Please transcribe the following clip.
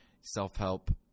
self-help